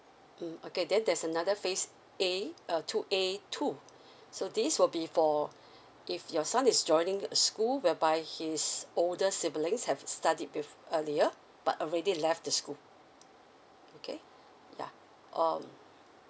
mm okay then there's another phase A uh two A two so this will be for if your son is joining school whereby he is older siblings have studied be earlier but already left the school okay ya um